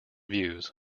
views